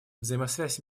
взаимосвязь